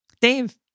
Dave